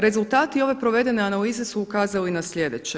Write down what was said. Rezultati ove provedene analize su ukazali na sljedeće.